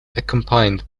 accompanied